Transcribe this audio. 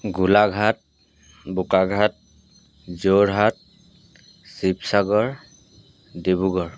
Golaghat Bokakhat Jorhat Sivasagar Dibrugarh